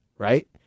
Right